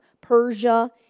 Persia